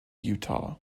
utah